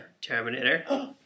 Terminator